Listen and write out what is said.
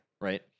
Right